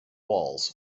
walls